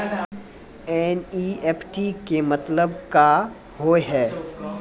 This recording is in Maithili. एन.ई.एफ.टी के मतलब का होव हेय?